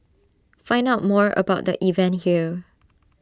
find out more about the event here